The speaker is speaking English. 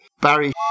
Barry